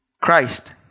Christ